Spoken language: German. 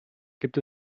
gibt